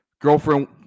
Girlfriend